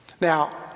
Now